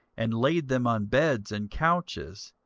and laid them on beds and couches,